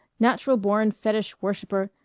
natural born fetich-worshipper.